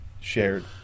shared